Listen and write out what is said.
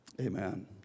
Amen